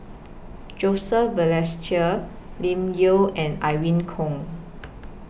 Joseph Balestier Lim Yau and Irene Khong